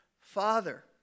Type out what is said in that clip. Father